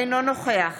אינו נוכח